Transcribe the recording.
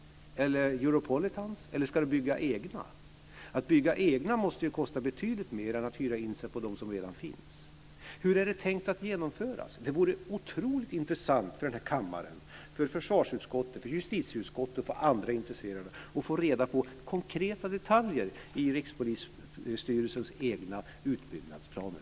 Eller Europolitans? Eller ska man bygga egna? Att bygga egna måste ju kosta betydligt mer än att hyra in sig på dem som redan finns. Hur är det tänkt att genomföras? Det vore otroligt intressant för den här kammaren, för försvarsutskottet, för justitieutskottet och för andra intresserade att få reda på konkreta detaljer i Rikspolisstyrelsens egna utbyggnadsplaner.